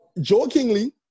jokingly